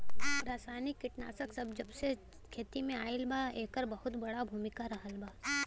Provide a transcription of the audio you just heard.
रासायनिक कीटनाशक जबसे खेती में आईल बा येकर बहुत बड़ा भूमिका रहलबा